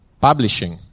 Publishing